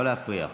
לא להפריע.